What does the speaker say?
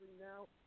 Now